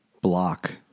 Block